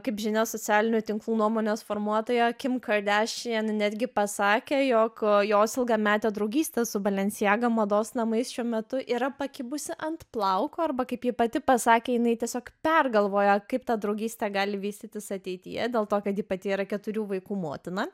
kaip žinia socialinių tinklų nuomonės formuotoja kim kardešian netgi pasakė jog jos ilgametę draugystė su balencijaga mados namais šiuo metu yra pakibusi ant plauko arba kaip ji pati pasakė jinai tiesiog pergalvoja kaip ta draugystė gali vystytis ateityje dėl to kad ji pati yra keturių vaikų motina